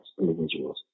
individuals